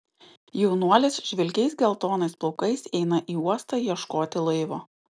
jaunuolis žvilgiais geltonais plaukais eina į uostą ieškoti laivo